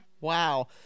wow